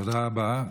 תודה רבה.